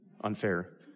Unfair